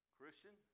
Christian